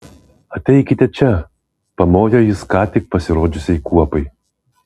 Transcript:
ateikite čia pamojo jis ką tik pasirodžiusiai kuopai